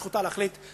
זכותה להחליט,